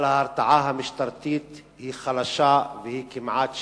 אבל ההרתעה המשטרתית היא חלשה וכמעט שאיננה.